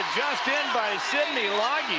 ah just in by sydney lage